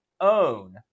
own